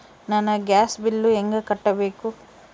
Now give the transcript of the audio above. ನನ್ನ gas bill ಹೆಂಗ ಕಟ್ಟಬೇಕು?